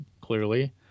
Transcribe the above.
clearly